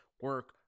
Work